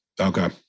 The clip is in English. Okay